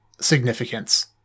significance